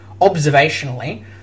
Observationally